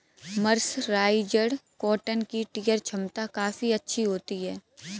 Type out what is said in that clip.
mercerised cotton की tear छमता काफी अच्छी होती है